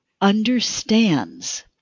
understands